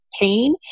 pain